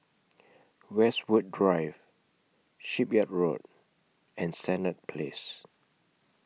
Westwood Drive Shipyard Road and Senett Place